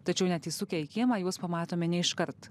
tačiau net įsukę į kiemą juos pamatome neiškart